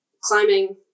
climbing